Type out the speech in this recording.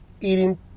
eating